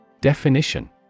Definition